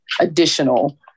additional